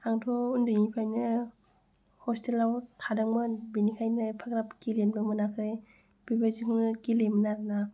आंथ' उन्दैनिफ्रायनो ह'स्टेलाव थादोंमोन बिनिखायनो एफाग्राब गेलेनोबो मोनाखै बेबायदिखौनो गेलेयोमोन आरो ना